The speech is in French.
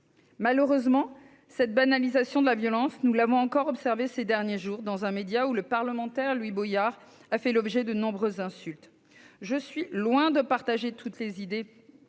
Malheureusement, cette banalisation de la violence, nous l'avons encore observée ces derniers jours, dans un média. Le parlementaire Louis Boyard a fait l'objet de nombreuses insultes. Si je suis loin de partager toutes ses idées,